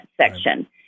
section